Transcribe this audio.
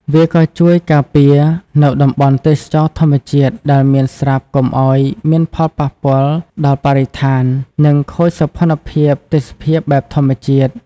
វាក៏ជួយការពារនៅតំបន់ទេសចរណ៍ធម្មជាតិដែលមានស្រាប់កុំឲ្យមានផលប៉ពាល់ដល់បរិស្ថាននិងខូចសោភ័ណភាពទេសភាពបែបធម្មជាតិ។